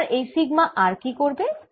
এবার এই sigma r কি করবে